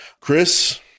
Chris